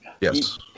Yes